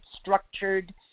structured